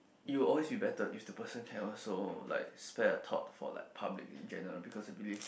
it will always be better if the person can also like spare a thought for like public in general because I believe that